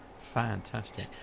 fantastic